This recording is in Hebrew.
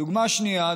דוגמה שנייה,